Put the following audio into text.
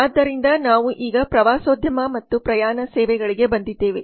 ಆದ್ದರಿಂದ ನಾವು ಈಗ ಪ್ರವಾಸೋದ್ಯಮ ಮತ್ತು ಪ್ರಯಾಣ ಸೇವೆಗಳಿಗೆ ಬಂದಿದ್ದೇವೆ